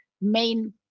main